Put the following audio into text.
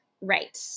Right